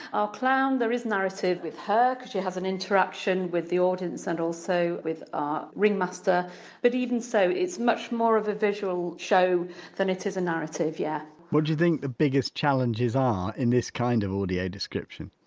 our clown, there is narrative with her because she has an interaction with the audience and also with our ringmaster but even so it's much more of a visual show than it is a narrative, yeah what do you think the biggest challenges are in this kind of audio-description?